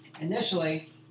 Initially